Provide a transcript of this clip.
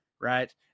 right